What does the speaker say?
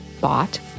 bought